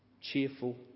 cheerful